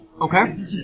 Okay